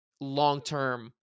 long-term